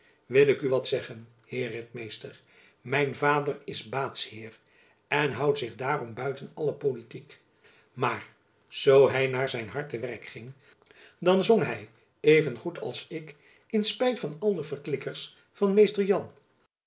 wil ik u wat zeggen heer ritmeester mijn vader is baadsheer en houdt zich daarom buiten alle politiek maar zoo hy naar zijn hart te werk ging dan zong hy even goed als ik in spijt van al de verklikkers van mr jan